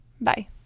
Bye